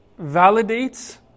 validates